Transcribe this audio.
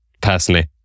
personally